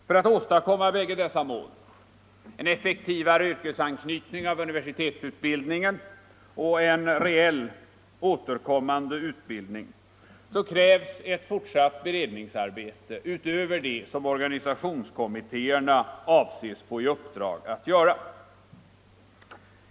För att åstadkomma båda dessa mål — en effektivare yrkesanknytning av universitetsutbildningen och en reell återkommande utbildning — krävs ett fortsatt beredningsarbete utöver det som organisationskommittéerna avses få i uppdrag att göra.